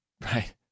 Right